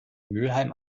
mülheim